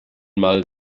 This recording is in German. mal